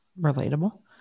relatable